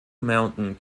mountain